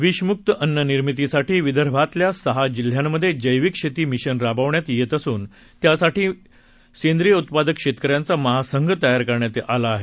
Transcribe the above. विषमुक्त अन्न निर्मितीसाठी विदर्भातल्या सहा जिल्ह्यांमध्ये जर्विक्र शेती मिशन राबवण्यात येत असून त्यासाठी माध्यमातून सेंद्रिय उत्पादक शेतकऱ्यांचा महासंघ तयार करण्यात आलं आहे